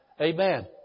Amen